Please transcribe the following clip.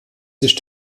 sich